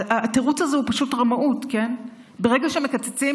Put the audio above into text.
התירוץ הזה הוא פשוט רמאות: ברגע שמקצצים